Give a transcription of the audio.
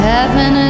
Heaven